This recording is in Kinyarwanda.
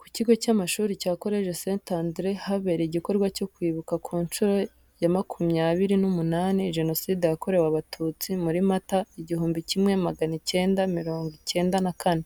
Ku kigo cy'amashuri cya Collège Saint André habereye igikorwa cyo kwibuka ku nshuro ya makumyabiri n'umunani Jenoside yakorewe Abatutsi muri Mata, igihumbi kimwe magana icyenda mirongo icyenda na kane.